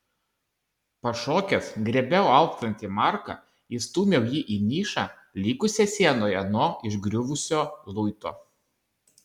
pašokęs griebiau alpstantį marką įstūmiau jį į nišą likusią sienoje nuo išgriuvusiu luito